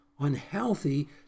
unhealthy